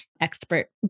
expert